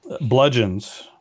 bludgeons